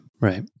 right